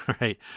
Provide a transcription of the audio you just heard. Right